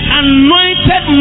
anointed